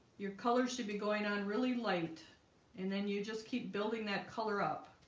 your color should be going on really light and then you just keep building that color up